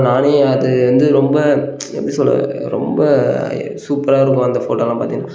நானே அது வந்து ரொம்ப எப்படி சொல்வது ரொம்ப சூப்பராக இருக்கும் அந்த ஃபோட்டோவெலாம் பார்த்திங்கன்னா